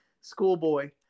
schoolboy